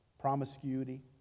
promiscuity